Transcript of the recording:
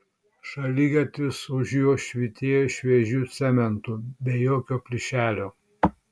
šaligatvis už jo švytėjo šviežiu cementu be jokio plyšelio